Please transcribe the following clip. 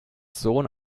sohn